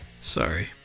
Sorry